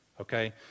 okay